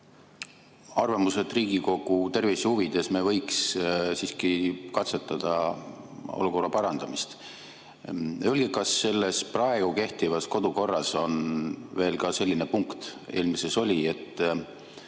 arvamus, et Riigikogu tervise huvides me võiks siiski katsetada olukorra parandamist. Öelge, kas praegu kehtivas kodukorras on veel ka selline punkt – eelmises oli